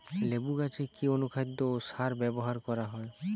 লেবু গাছে কি অনুখাদ্য ও সার ব্যবহার করা হয়?